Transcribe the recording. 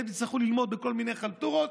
אתם תצטרכו ללמוד בכל מיני חלטורות.